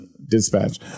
dispatch